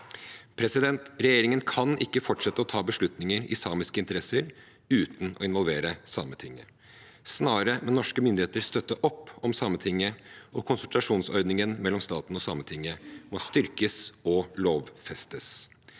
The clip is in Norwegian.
handle om. Regjeringen kan ikke fortsette å ta beslutninger i samiske interesser uten å involvere Sametinget. Snarere må norske myndigheter støtte opp om Sametinget, og konsultasjonsordningen mellom staten og Sametinget må styrkes og lovfestes.